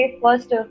first